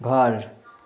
घर